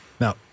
Now